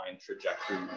trajectory